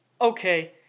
Okay